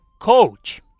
coach